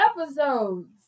episodes